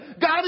God